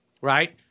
Right